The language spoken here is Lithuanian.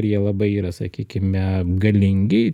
ir jie labai yra sakykime galingi